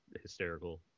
hysterical